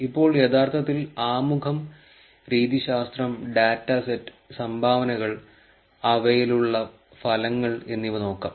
ഇപ്പോൾ യഥാർത്ഥത്തിൽ ആമുഖം രീതിശാസ്ത്രം ഡാറ്റ സെറ്റ് സംഭാവനകൾ അവയിലുള്ള ഫലങ്ങൾ എന്നിവ നോക്കാം